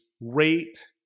rate